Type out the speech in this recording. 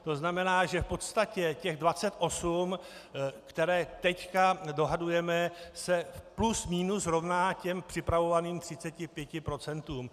To znamená, že v podstatě těch 28, které nyní dohadujeme, se plus minus rovná těm připravovaným 35 procentům.